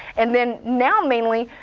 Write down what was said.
and then now mainly,